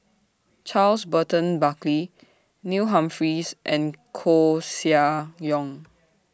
Charles Burton Buckley Neil Humphreys and Koeh Sia Yong